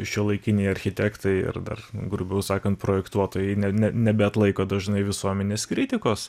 šiuolaikiniai architektai ir dar grubiau sakant projektuotojai ne ne nebeatlaiko dažnai visuomenės kritikos